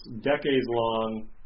decades-long